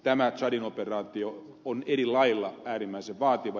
tämä tsadin operaatio on eri lailla äärimmäisen vaativa